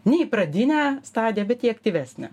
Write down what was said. ne į pradinę stadiją bet ji aktyvesnę